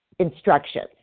Instructions